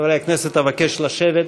חברי הכנסת, אבקש לשבת.